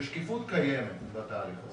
ושקיפות קיימת בתהליך הזה.